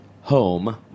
home